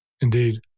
Indeed